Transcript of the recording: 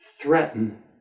threaten